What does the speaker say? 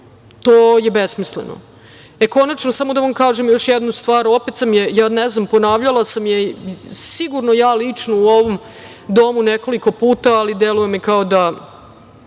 To je besmisleno. Konačno, samo da vam kažem još jednu stvar, opet sam je, ponavljala sam je, sigurno ja lično u ovom domu nekoliko puta ali deluje mi kao da